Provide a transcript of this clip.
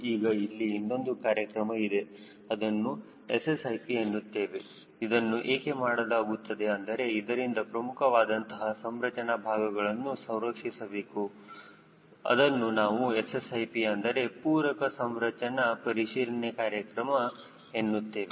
ಈಗ ಇಲ್ಲಿ ಇನ್ನೊಂದು ಕಾರ್ಯಕ್ರಮ ಇದೆ ಅದನ್ನು SSIP ಎನ್ನುತ್ತೇವೆ ಇದನ್ನು ಏಕೆ ಮಾಡಲಾಗುತ್ತದೆ ಅಂದರೆ ಇದರಿಂದ ಪ್ರಮುಖವಾದಂತಹ ಸಂರಚನಾ ಭಾಗಗಳನ್ನು ಸಂರಕ್ಷಿಸಬಹುದು ಅದನ್ನು ನಾವು SSIP ಅಂದರೆ ಪೂರಕ ಸಂರಚನ ಪರಿಶೀಲನೆ ಕಾರ್ಯಕ್ರಮ ಎನ್ನುತ್ತೇವೆ